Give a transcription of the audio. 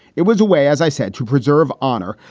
it was a way, as i said, to preserve honor.